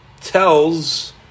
tells